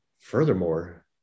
Furthermore